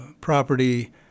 property